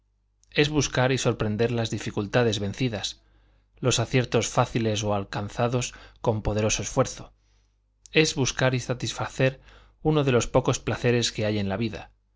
es buscar y sorprender las dificultades vencidas los aciertos fáciles o alcanzados con poderoso esfuerzo es buscar y satisfacer uno de los pocos placeres que hay en la vida